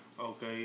Okay